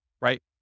right